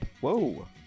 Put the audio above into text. Whoa